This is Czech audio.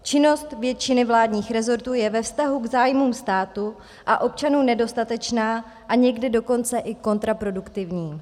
Činnost většiny vládních rezortů je ve vztahu k zájmům státu a občanů nedostatečná a někdy dokonce i kontraproduktivní.